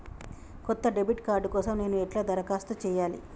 కొత్త debit card కోసం నేను ఎట్లా దరఖాస్తు చేయాలి?